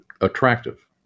attractive